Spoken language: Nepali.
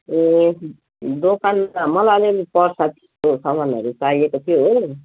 ए दोकान त मलाई अलिअलि प्रसादको सामानहरू चाहिएको थियो हो